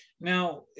Now